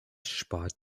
spart